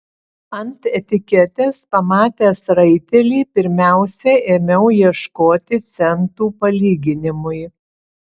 ant etiketės pamatęs raitelį pirmiausia ėmiau ieškoti centų palyginimui